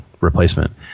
replacement